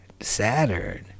Saturn